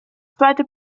zweite